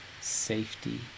safety